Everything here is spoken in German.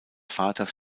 vaters